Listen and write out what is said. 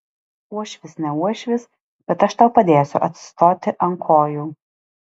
uošvis ne uošvis bet aš tau padėsiu atsistoti ant kojų